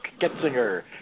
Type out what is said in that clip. Getzinger